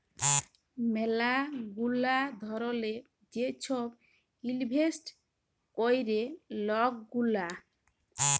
ম্যালা গুলা ধরলের যে ছব ইলভেস্ট ক্যরে লক গুলা